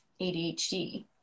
ADHD